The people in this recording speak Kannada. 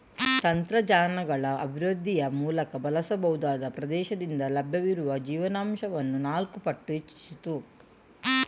ತಂತ್ರಜ್ಞಾನಗಳ ಅಭಿವೃದ್ಧಿಯ ಮೂಲಕ ಬಳಸಬಹುದಾದ ಪ್ರದೇಶದಿಂದ ಲಭ್ಯವಿರುವ ಜೀವನಾಂಶವನ್ನು ನಾಲ್ಕು ಪಟ್ಟು ಹೆಚ್ಚಿಸಿತು